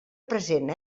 present